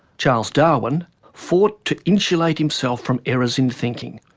charles darwin fought to insulate himself from errors in thinking.